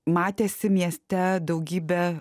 matėsi mieste daugybė